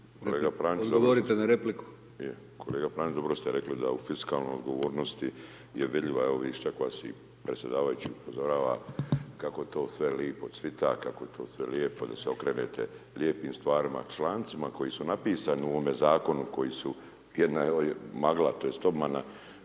Kolega Pranić, dobro ste reli da u fiskalnoj odgovornosti je vidljiva, evo vidiš tako vas i predsjedavajući upozorava kako to sve lipo cvita, kako je to sve lijepo, da se okrenete lijepim stvarima, člancima koji su napisani u ovome zakonu koji su, jedna evo magla tj. obmana,